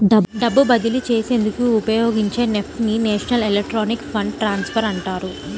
డబ్బు బదిలీ చేసేందుకు ఉపయోగించే నెఫ్ట్ ని నేషనల్ ఎలక్ట్రానిక్ ఫండ్ ట్రాన్స్ఫర్ అంటారు